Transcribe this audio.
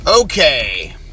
Okay